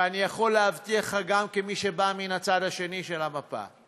ואני יכול להבטיח לך גם כמי שבא מן הצד השני של המפה,